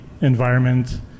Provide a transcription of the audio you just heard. environment